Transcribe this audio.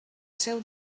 seu